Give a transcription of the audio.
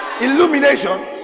illumination